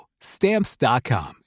stamps.com